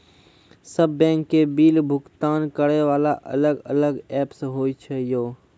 सब बैंक के बिल भुगतान करे वाला अलग अलग ऐप्स होय छै यो?